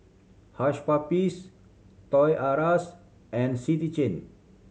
Hush Puppies Toys R Us and City Chain